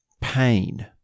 pain